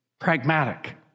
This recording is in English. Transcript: pragmatic